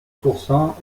pourcent